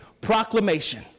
Proclamation